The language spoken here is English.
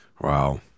wow